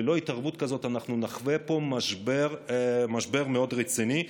ללא התערבות כזו אנחנו נחווה פה משבר מאוד רציני.